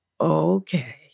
okay